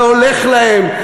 והולך להם,